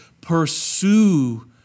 pursue